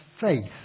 faith